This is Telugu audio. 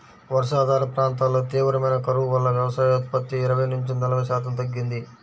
వర్షాధార ప్రాంతాల్లో తీవ్రమైన కరువు వల్ల వ్యవసాయోత్పత్తి ఇరవై నుంచి నలభై శాతం తగ్గింది